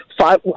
five